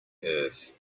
earth